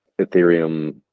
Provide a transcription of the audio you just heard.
Ethereum